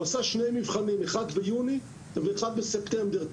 הוא עשה שני מבחנים: אחד ביולי ואחד בספטמבר.